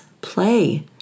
play